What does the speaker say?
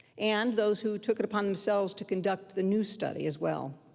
and those who took it upon themselves to conduct the new study as well.